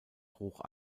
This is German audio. hoch